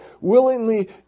willingly